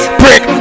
brick